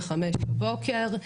בחמש בבוקר,